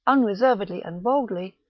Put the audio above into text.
unreservedly and boldly,